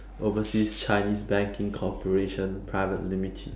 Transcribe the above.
overseas chinese banking corporation private limited